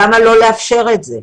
למה לא לאפשר את זה?